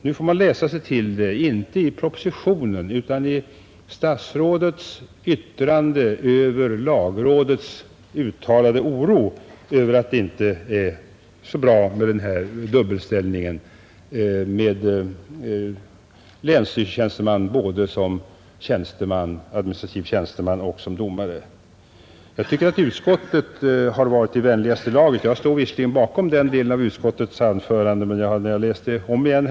Nu får man läsa sig till det inte i propositionen utan i statsrådets yttrande om lagrådets uttalade oro över att det inte är så bra med den här dubbelställningen med länsstyrelsetjänsteman både som administrativ tjänsteman och som domare, Jag tycker att utskottet har varit i vänligaste laget. Jag står visserligen bakom den delen av utskottets yttrande, men jag har nu läst det om igen.